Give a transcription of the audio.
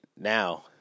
Now